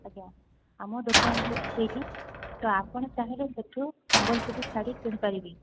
ଆଜ୍ଞା ଆମ ଦୋକାନ ହେଉଛି ସେଇଠି ତ ଆପଣ ଚାହିଁଲେ ସେଇଠୁ ସମ୍ବଲପୁରୀ ଶାଢ଼ୀ କିଣି ପାରିବେ